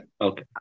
Okay